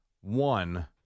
one